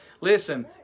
listen